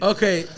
Okay